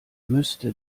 müsste